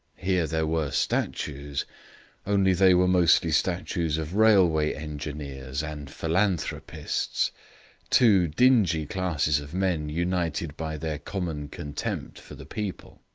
here there were statues only they were mostly statues of railway engineers and philanthropists two dingy classes of men united by their common contempt for the people.